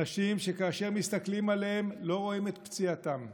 אנשים שכאשר מסתכלים עליהם לא רואים את פציעתם.